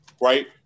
right